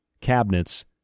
cabinets